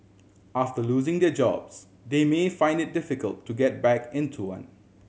after losing their jobs they may find it difficult to get back into one